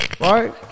right